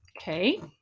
Okay